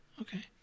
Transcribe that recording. okay